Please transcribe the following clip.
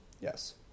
Yes